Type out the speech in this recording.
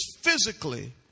physically